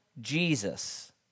Jesus